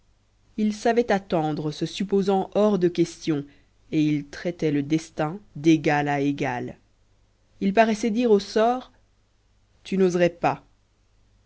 il savait attendre se supposant hors de question et il traitait le destin d'égal à égal il paraissait dire au sort tu n'oserais pas